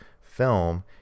film